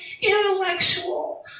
intellectual